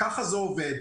כך זה עובד.